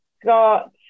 Scott